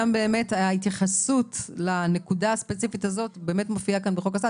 שגם ההתייחסות לנקודה הספציפית הזאת מופיעה כאן בחוק הסעד.